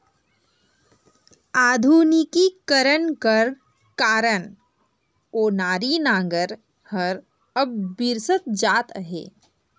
आधुनिकीकरन कर कारन ओनारी नांगर हर अब बिसरत जात अहे